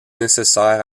nécessaires